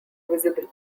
visible